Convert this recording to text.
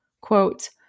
Quote